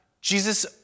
Jesus